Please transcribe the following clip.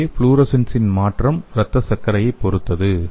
இங்கே ஃப்ளோரசன்ஸின் மாற்றம் இரத்த சர்க்கரையைப் பொறுத்தது